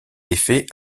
défait